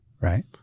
Right